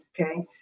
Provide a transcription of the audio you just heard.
Okay